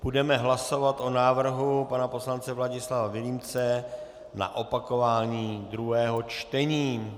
Budeme hlasovat o návrhu pana poslance Vladislava Vilímce na opakování druhého čtení.